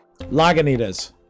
Lagunitas